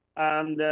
and,